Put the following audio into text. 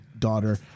daughter